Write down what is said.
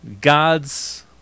God's